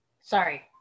Sorry